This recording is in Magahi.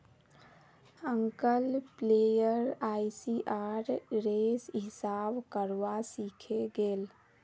अंकल प्लेयर आईसीआर रे हिसाब करवा सीखे गेल